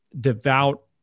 devout